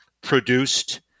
produced